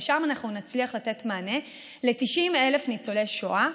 ושם אנחנו נצליח לתת מענה ל-90,000 ניצולי שואה,